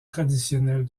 traditionnels